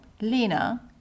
Lena